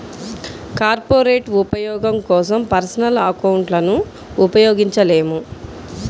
corporate ఉపయోగం కోసం personal అకౌంట్లను ఉపయోగించలేము